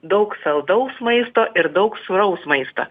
daug saldaus maisto ir daug sūraus maisto